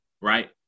Right